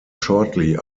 shortly